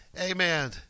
amen